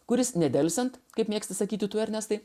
kuris nedelsiant kaip mėgsti sakyti tu ernestai